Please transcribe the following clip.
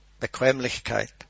bequemlichkeit